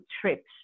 trips